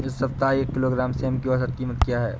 इस सप्ताह एक किलोग्राम सेम की औसत कीमत क्या है?